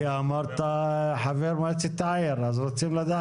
השנייה היא התחנה המדוברת כאן, קסם.